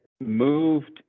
moved